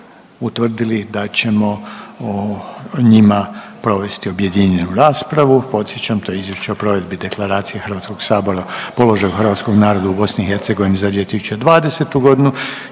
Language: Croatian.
utvrdili da ćemo o njima provesti objedinjenu raspravu. Podsjećam to je - Izvješće o provedbi Deklaracije Hrvatskoga sabora o položaju hrvatskoga naroda u Bosni i Hercegovini